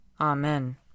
Amen